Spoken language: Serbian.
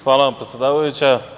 Hvala vam, predsedavajuća.